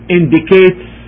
indicates